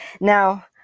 Now